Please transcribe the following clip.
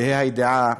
בה"א הידיעה,